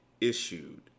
Issued